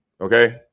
okay